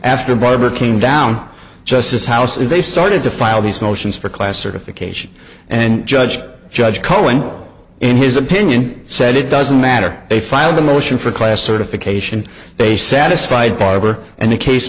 after barbara came down just this house is they started to file these motions for class certification and judge judge cohen in his opinion said it doesn't matter they filed the motion for class certification they satisfied barber and the case